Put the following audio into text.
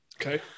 Okay